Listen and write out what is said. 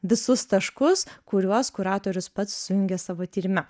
visus taškus kuriuos kuratorius pats sujungia savo tyrime